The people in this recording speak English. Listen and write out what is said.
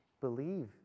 believe